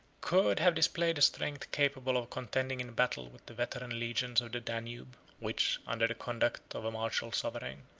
could have displayed a strength capable of contending in battle with the veteran legions of the danube, which, under the conduct of a martial sovereign,